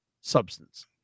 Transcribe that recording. substance